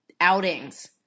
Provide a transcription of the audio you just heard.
outings